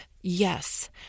yes